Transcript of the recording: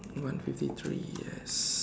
one fifty three yes